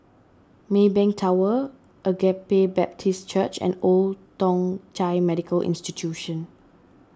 Maybank Tower Agape Baptist Church and Old Thong Chai Medical Institution